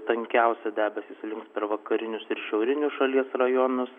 tankiausi debesys slinks per vakarinius ir šiaurinius šalies rajonus